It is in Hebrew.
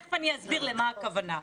ותיכף אני אסביר למה הכוונה.